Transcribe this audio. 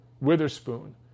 Witherspoon